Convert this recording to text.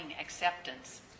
acceptance